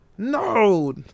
No